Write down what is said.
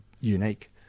unique